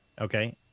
okay